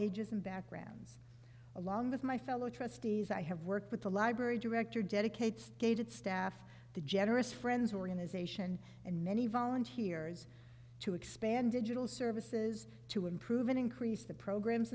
ages and backgrounds along with my fellow trustees i have worked with the library director dedicates gaited staff the generous friends who are in ization and many volunteers to expand digital services to improve and increase the programs